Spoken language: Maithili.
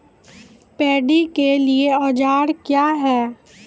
पैडी के लिए औजार क्या हैं?